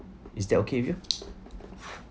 is that okay with you